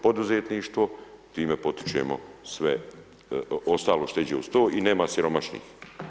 poduzetništvo, time potičemo sve ostalo što iđe uz to i nema siromašnih.